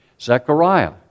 Zechariah